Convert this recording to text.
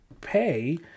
pay